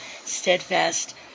steadfast